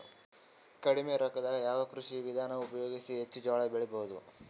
ಕಡಿಮಿ ರೊಕ್ಕದಾಗ ಯಾವ ಕೃಷಿ ವಿಧಾನ ಉಪಯೋಗಿಸಿ ಹೆಚ್ಚ ಜೋಳ ಬೆಳಿ ಬಹುದ?